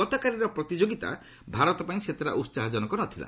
ଗତକାଲିର ପ୍ରତିଯୋଗିତା ଭାରତ ପାଇଁ ସେତେଟା ଉତ୍ସାହଜନକ ନଥିଲା